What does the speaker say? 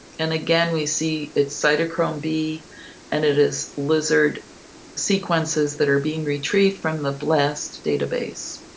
and, again, we see it's cytochrome b and it is lizard sequences that are being retrieved from the blast data base.